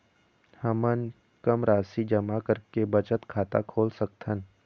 हमन कम राशि जमा करके बचत खाता खोल सकथन?